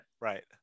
Right